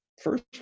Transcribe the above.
first